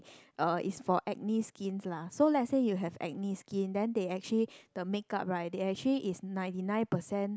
uh it's for acne skins lah so lets say you got acne skin then they actually the makeup right they actually is ninety nine percent